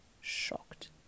shocked